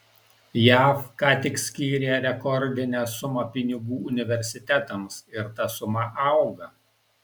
jav ką tik skyrė rekordinę sumą pinigų universitetams ir ta suma auga